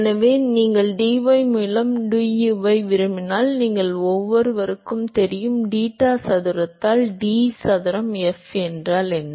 எனவே நீங்கள் dy மூலம் du விரும்பினால் நீங்கள் ஒவ்வொருவருக்கும் தெரியும் deta சதுரத்தால் d சதுரம் f என்றால் என்ன